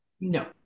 No